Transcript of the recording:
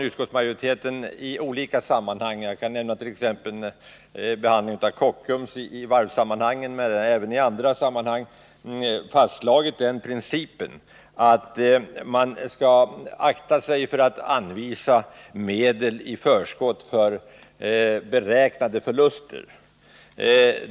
Utskottsmajoriteten har i olika sammanhang — jag kan som exempel nämna behandlingen av Kockums i varvssammanhang — fastslagit principen att man skall akta sig för att anvisa medel i förskott för beräknade förluster.